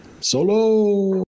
Solo